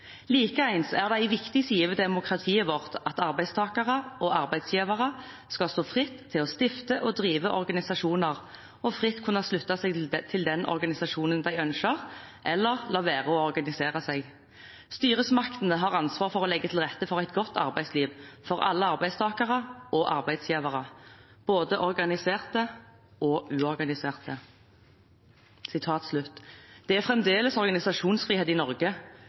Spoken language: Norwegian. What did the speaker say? Likeins er det ei viktig side ved demokratiet vårt at arbeidstakarar og arbeidsgivarar skal stå fritt til å stifte og drive organisasjonar, og fritt kunne slutte seg til den organisasjonen dei ønskjer, eller la vere å organisere seg. Styresmaktene har ansvar for å leggje til rette for eit godt arbeidsliv for alle arbeidstakarar og arbeidsgivarar – både organiserte og uorganiserte.» Det er fremdeles organisasjonsfrihet i Norge,